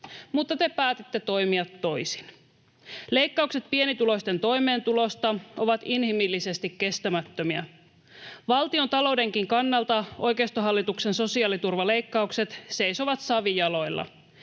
mutta te päätitte toimia toisin. Leikkaukset pienituloisten toimeentulosta ovat inhimillisesti kestämättömiä. Valtiontaloudenkin kannalta oikeistohallituksen sosiaaliturvaleikkaukset seisovat savijaloilla.